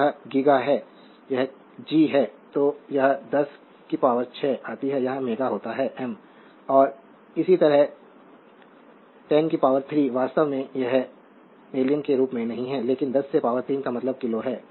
तो यह गीगा है यह G है तो जब 10 की पावर 6 आती है तो यह मेगा होता है M और इसी तरह 103 वास्तव में यह एक एलियन के लिए नहीं है लेकिन 10 से पावर 3 का मतलब किलो है